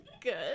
good